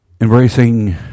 Embracing